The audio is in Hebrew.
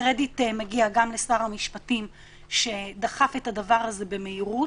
קרדיט מגיע גם לשר המשפטים שדחף את הדבר הזה במהירות,